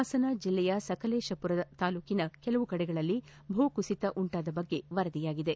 ಹಾಸನ ಜಿಲ್ಲೆ ಸಕಲೇಶಮರದ ತಾಲೂಕಿನ ಕೆಲವು ಕಡೆಗಳಲ್ಲಿ ಭೂ ಕುಸಿತ ಉಂಟಾದ ಬಗ್ಗೆ ವರದಿಯಾಗಿದೆ